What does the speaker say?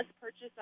purchase